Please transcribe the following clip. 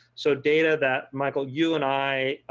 so data that michael, you and i